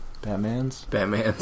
Batmans